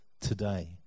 today